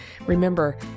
Remember